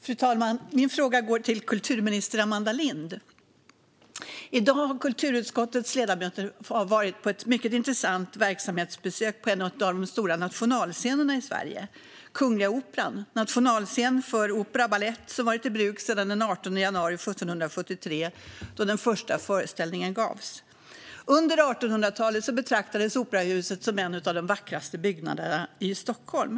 Fru talman! Min fråga går till kulturminister Amanda Lind. I dag har kulturutskottets ledamöter varit på ett mycket intressant verksamhetsbesök på en av de stora nationalscenerna i Sverige: Kungliga Operan, nationalscen för opera och balett. Operan har varit i bruk sedan den 18 januari 1773, då den första föreställningen gavs. Under 1800-talet betraktades operahuset som en av de vackraste byggnaderna i Stockholm.